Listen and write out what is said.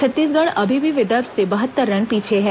छत्तीसगढ़ अभी भी विदर्भ से बहत्तर रन पीछे है